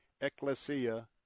Ecclesia